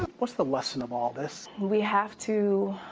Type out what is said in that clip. what's the lesson of all this we have to